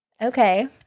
Okay